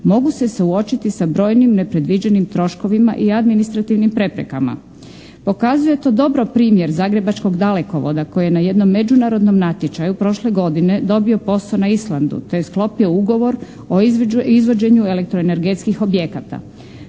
mogu se suočiti sa brojnim nepredviđenim troškovima i administrativnim preprekama. Pokazuje to dobro primjer zagrebačkog "Dalekovoda" koji je na jednom međunarodnom natječaju prošle godine dobio posao na Islandu, te sklopio ugovor o izvođenju elektroenergetskih objekata.